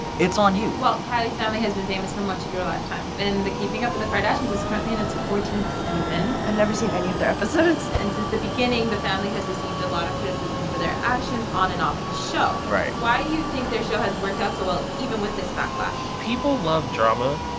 it's on you. well, kylie's family has been famous for much of her lifetime. and the keeping up with the kardashians is currently in its fourteenth season. i've never seen any of their episodes. and since the beginning, the family has received a lot of criticism for their actions on and off the show. right. why do you think their show has worked out so well even with this backlash? people love drama,